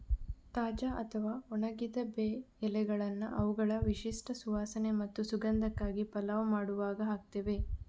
ತಾಜಾ ಅಥವಾ ಒಣಗಿದ ಬೇ ಎಲೆಗಳನ್ನ ಅವುಗಳ ವಿಶಿಷ್ಟ ಸುವಾಸನೆ ಮತ್ತು ಸುಗಂಧಕ್ಕಾಗಿ ಪಲಾವ್ ಮಾಡುವಾಗ ಹಾಕ್ತೇವೆ